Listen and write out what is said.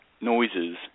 noises